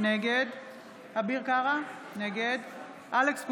נגד אביר קארה, נגד אלכס קושניר,